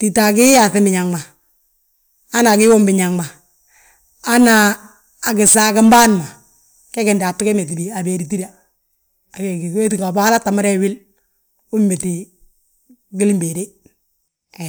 Tita gii yaaŧim biñaŋ ma, hana gii womin biñaŋ ma, han gisaagim bâan ma gee ge méti a béedi tída, wee tínga haa tta mada yaa wil uméti gwilim béede he.